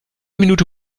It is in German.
minute